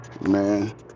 Man